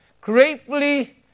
gratefully